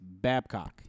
Babcock